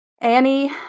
Annie